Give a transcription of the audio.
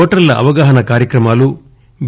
ఓటర్ల అవగాహన కార్యక్రమాలు వి